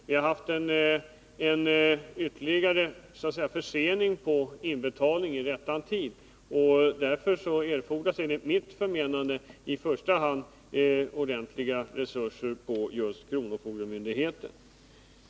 Det har skett en ytterligare försening av inbetalningar i rätt tid. Därför erfordras enligt mitt förmenande i första hand ordentliga resurser inom just kronofogdemyndigheten.